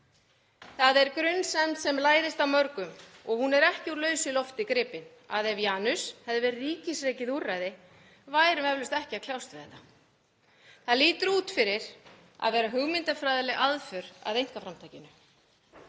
Það er grunsemd sem læðist að mörgum, og hún er ekki úr lausu lofti gripin, að ef Janus hefði verið ríkisrekið úrræði værum við eflaust ekki að kljást við þetta. Það lítur út fyrir að vera hugmyndafræðileg aðför að einkaframtakinu.